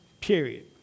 Period